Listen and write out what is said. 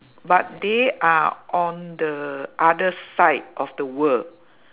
but they are on the other side of the world